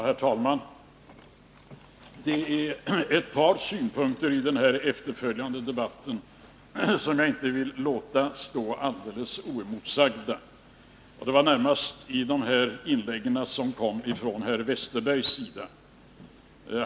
Herr talman! Det är ett par synpunkter i den här efterföljande debatten som jag inte vill låta stå alldeles oemotsagda. Det var närmast synpunkter som kom fram i inläggen från herr Westerbergs sida.